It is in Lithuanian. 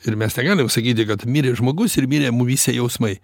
ir mes negalim sakyti kad mirė žmogus ir mirė mumyse jausmai